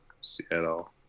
Seattle